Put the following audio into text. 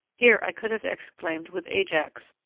here i could have exclaimed with ajax,